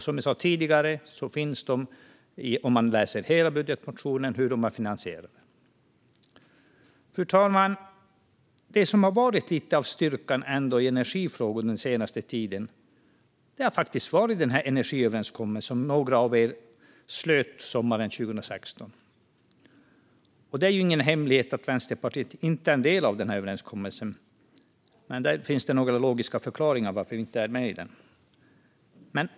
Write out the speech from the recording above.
Som jag sa tidigare framgår det av vår budgetmotion hur detta finansieras. Fru talman! Det som har varit lite av styrkan i energifrågorna den senaste tiden är energiöverenskommelsen, som några av er slöt sommaren 2016. Det är ju ingen hemlighet att Vänsterpartiet inte är en del av denna överenskommelse. Men det finns några logiska förklaringar till att vi inte finns med där.